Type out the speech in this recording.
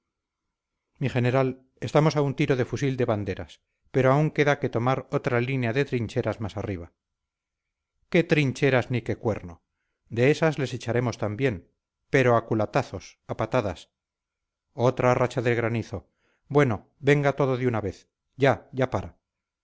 mi general estamos a un tiro de fusil de banderas pero aún queda que tomar otra línea de trincheras más arriba qué trincheras ni qué cuerno de esas les echaremos también pero a culatazos a patadas otra racha de granizo bueno venga todo de una vez ya ya para